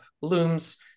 looms